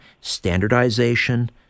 standardization